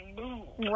move